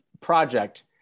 project